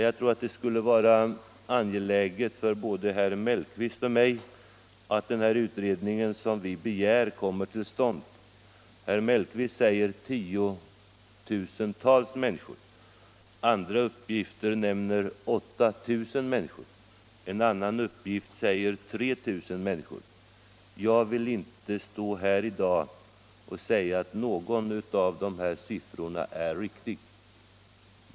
Jag tror att det vore angeläget för både herr Mellqvist och mig att den utredning som vi begär kommer till stånd. Herr Mellqvist säger att det rör sig om 10 000-tals människor. I andra uppgifter nämns 8000 människor. Ytterligare andra uppgifter talar om 3 000 människor. Jag vill inte säga att någon av dessa siffror är riktig.